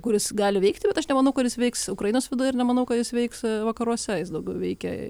kuris gali veikti bet aš nemanau kad jis veiks ukrainos viduje ir nemanau kad jis veiks vakaruose jis daugiau veikia